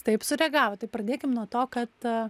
taip sureagavo tai pradėkim nuo to kad